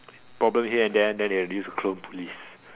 problem here and then they have to release the clone police